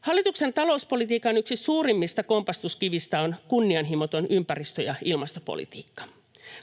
Hallituksen talouspolitiikan yksi suurimmista kompastuskivistä on kunnianhimoton ympäristö- ja ilmastopolitiikka.